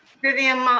vivian,